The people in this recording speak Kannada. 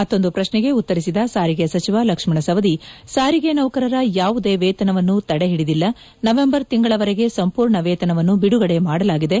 ಮತ್ತೊಂದು ಪ್ರಶ್ನೆಗೆ ಉತ್ತರಿಸಿದ ಸಾರಿಗೆ ಸಚಿವ ಲಕ್ಷ್ಮಣ ಸವದಿ ಸಾರಿಗೆ ನೌಕರರ ಯಾವುದೇ ವೇತನವನ್ನು ತಡೆಹಿಡಿದಿಲ್ಲ ನವೆಂಬರ್ ತಿಂಗಳ ವರೆಗೆ ಸಂಪೂರ್ಣ ವೇತನವನ್ನು ಬಿಡುಗಡೆ ಮಾಡಲಾಗಿದೆ